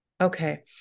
Okay